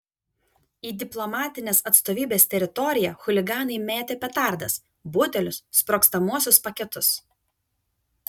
į diplomatinės atstovybės teritoriją chuliganai mėtė petardas butelius sprogstamuosius paketus